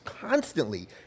constantly